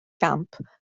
gamp